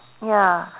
ya